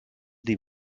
die